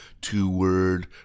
two-word